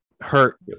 hurt